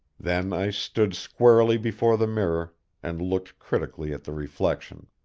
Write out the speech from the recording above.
then i stood squarely before the mirror and looked critically at the reflection.